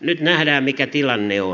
nyt nähdään mikä tilanne on